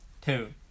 Two